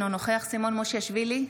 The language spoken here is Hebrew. אינו נוכח סימון מושיאשוילי,